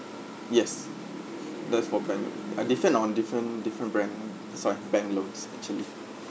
yes that's for bank ah different on different different bank sorry bank loans actually